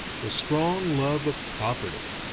the strong love of property.